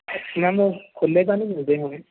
ma'am ਉਹ ਖੁੱਲ੍ਹੇ ਤਾਂ ਨਹੀ ਮਿਲਦੇ ਹੋਣੇ